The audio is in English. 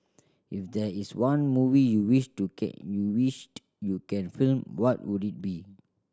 if there is one movie you wished to you wished can film what would it be